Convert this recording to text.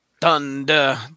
Thunder